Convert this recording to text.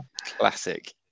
classic